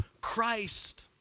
Christ